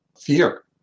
fear